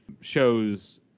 shows